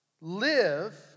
live